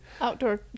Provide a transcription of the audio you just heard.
Outdoor